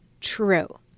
true